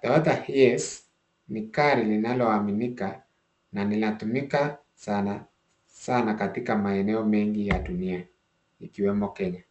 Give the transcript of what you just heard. Toyota HiAce ni gari linaloaminika na linatumika sanasana katika maeneo mengi ya dunia ikiwemo Kenya.